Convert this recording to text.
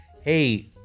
Hey